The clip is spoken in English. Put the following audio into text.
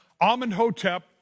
Amenhotep